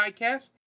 podcast